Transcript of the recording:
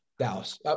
Dallas